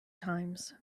times